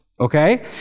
okay